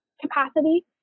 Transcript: capacity